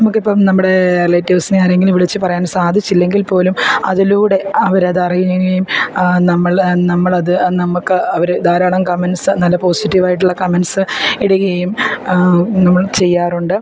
നമുക്ക് ഇപ്പം നമ്മുടെ റിലേറ്റിവ്സിനെ ആരെയെങ്കിലും വിളിച്ചു പറയാൻ സാധിച്ചില്ലെങ്കിൽ പോലും അതിലൂടെ അവർ അത് അറിയുകയും നമ്മൾ നമ്മൾ അത് നമുക്ക് അവർ ധാരാളം കമൻറ്റ്സ് നല്ല പോസിറ്റീവായിട്ടുള്ള കമൻസ് ഇടുകയും നമ്മൾ ചെയ്യാറുണ്ട്